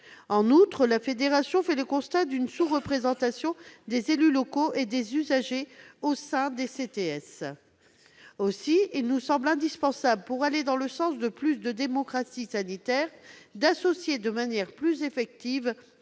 En outre, elle fait le constat d'une sous-représentation des élus locaux et des usagers au sein des CTS. Aussi, il nous semble indispensable, pour aller dans le sens d'une plus grande démocratie sanitaire, d'associer de manière plus effective